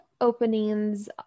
openings